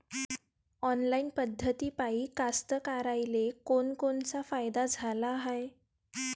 Online पद्धतीपायी कास्तकाराइले कोनकोनचा फायदा झाला हाये?